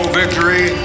victory